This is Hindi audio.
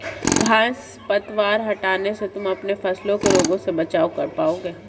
घांस पतवार हटाने से तुम अपने फसलों का रोगों से बचाव कर पाओगे